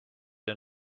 der